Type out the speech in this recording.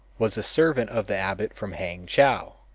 was a servant of the abbot from hangchow.